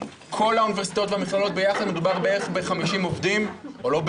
בכל האוניברסיטאות והמכללות ביחד מדובר בדיוק ב-50 עובדים,